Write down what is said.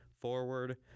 forward